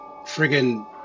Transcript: friggin